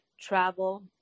travel